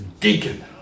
deacon